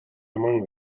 among